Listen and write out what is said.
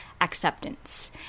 acceptance